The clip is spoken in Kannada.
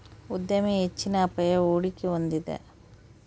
ಉದ್ಯಮಿ ಹೆಚ್ಚಿನ ಅಪಾಯ, ಹೂಡಿಕೆ ಹೊಂದಿದ